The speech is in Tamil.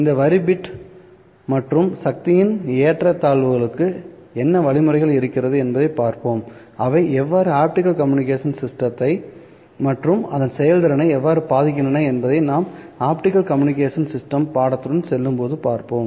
இந்த வரி பிட் மற்றும் சக்தியின் இந்த ஏற்றத்தாழ்வுகளுக்கு என்ன வழிமுறைகள் இருக்கிறது என்பதைப் பார்ப்போம்அவைஎவ்வாறு ஆப்டிகல் கம்யூனிகேஷன் சிஸ்டத்தை மற்றும் அதன் செயல்திறனை எவ்வாறு பாதிக்கின்றன என்பதை நாம் ஆப்டிகல் கம்யூனிகேஷன் சிஸ்டம் பாடத்துடன் செல்லும்போது பார்ப்போம்